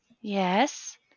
Yes